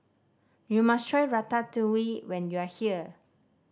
you must try Ratatouille when you are here